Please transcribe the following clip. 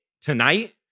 tonight